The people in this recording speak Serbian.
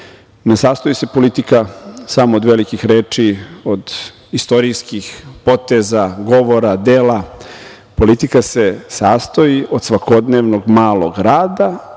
sastoji se politika samo od velikih reči i od istorijskih poteza, govora, dela, politika se sastoje od svakodnevnog malog rada